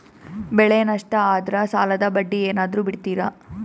ಬೆಳೆ ನಷ್ಟ ಆದ್ರ ಸಾಲದ ಬಡ್ಡಿ ಏನಾದ್ರು ಬಿಡ್ತಿರಾ?